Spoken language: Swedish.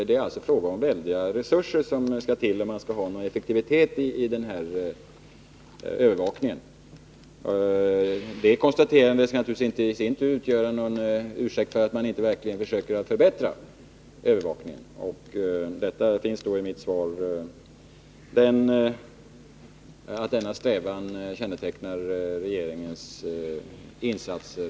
Det är alltså fråga om väldiga resurser som måste till om man skall ha någon effektivitet vid övervakningen. Det konstaterandet skall naturligtvis i sin tur inte utgöra någon ursäkt för att man inte verkligen försöker förbättra övervakningen. Av mitt svar framgår att denna strävan kännetecknar regeringens insatser.